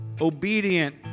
obedient